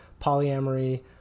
Polyamory